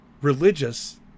religious